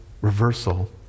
reversal